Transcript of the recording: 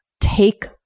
Take